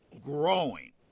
growing